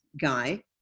guy